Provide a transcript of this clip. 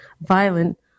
violent